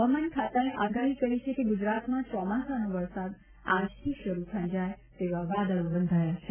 હવામાન ખાતાએ આગાહી કરી છે કે ગુજરાતમાં ચોમાસાનો વરસાદ આજથી શરૂ થઇ જાય તેવા વાદળ બંધાયા છે